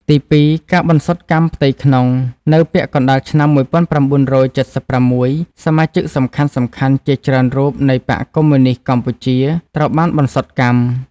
ទីពីរ ការបន្សុទ្ធកម្មផ្ទៃក្នុង នៅពាក់កណ្តាលឆ្នាំ ១៩៧៦ សមាជិកសំខាន់ៗជាច្រើនរូបនៃបក្សកុម្មុយនីស្តកម្ពុជាត្រូវបានបន្សុទ្ធកម្ម។